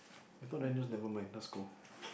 I thought then just never mind let's go